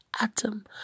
atom